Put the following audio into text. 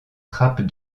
trappes